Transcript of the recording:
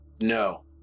No